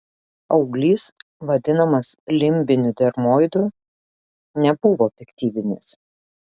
auglys vadinamas limbiniu dermoidu nebuvo piktybinis